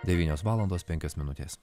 devynios valandos penkios minutės